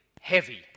heavy